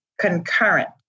concurrent